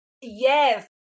yes